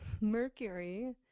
Mercury